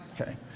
Okay